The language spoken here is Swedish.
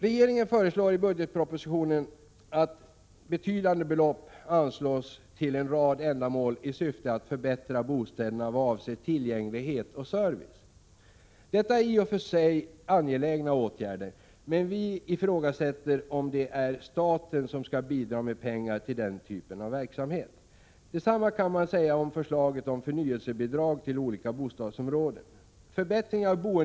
Regeringen föreslår i bugetpropositionen att betydande belopp anslås till en rad ändåmål i syfte att förbättra bostäderna vad avser tillgänglighet och service. Detta är i och för sig angelägna åtgärder, men vi ifrågasätter om staten skall bidra med pengar till den typen av verksamhet. Detsamma kan man säga om förslaget om förnyelsebidrag till olika bostadsområden.